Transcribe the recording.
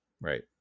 Right